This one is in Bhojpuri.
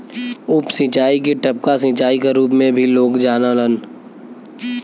उप सिंचाई के टपका सिंचाई क रूप में भी लोग जानलन